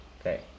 Okay